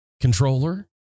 controller